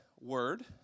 word